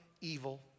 evil